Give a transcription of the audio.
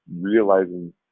realizing